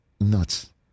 nuts